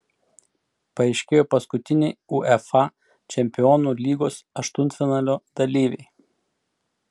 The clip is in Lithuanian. paaiškėjo paskutiniai uefa čempionų lygos aštuntfinalio dalyviai